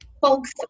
folks